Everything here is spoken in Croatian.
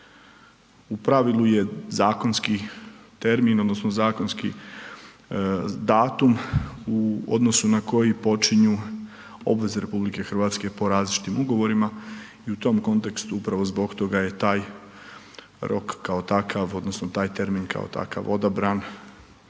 u pravilu je zakonski termin odnosno zakonski datum u odnosu na koji počinju obveze RH po različitim ugovorima i u tom kontekstu upravo zbog toga je taj rok kao takav odnosno taj termin kao takav odabran